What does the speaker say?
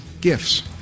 gifts